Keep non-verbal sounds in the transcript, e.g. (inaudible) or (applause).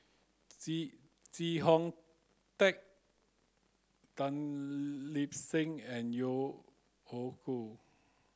(unintelligible) Hong Tat Tan (unintelligible) Lip Seng and Yeo Hoe Koon